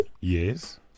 Yes